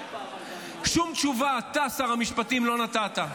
שום תשובה אתה, שר המשפטים, לא נתת.